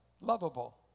lovable